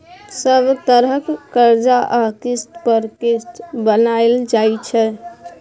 सब तरहक करजा आ किस्त पर किस्त बनाएल जाइ छै